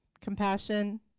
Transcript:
Compassion